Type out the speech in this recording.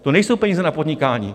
To nejsou peníze na podnikání.